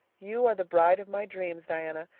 you are the bride of my dreams, diana,